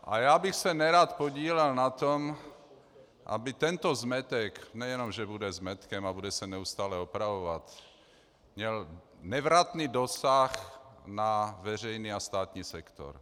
A já bych se nerad podílel na tom, aby tento zmetek nejen že bude zmetkem a bude se neustále opravovat měl nevratný dosah na veřejný a státní sektor.